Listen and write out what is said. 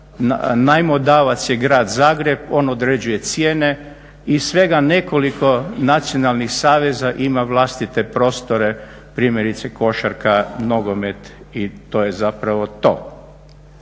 Najmodavac je grad Zagreb, on određuje cijene. I svega nekoliko nacionalnih saveza ima vlastite prostore, primjerice košarka, nogomet i to je zapravo to.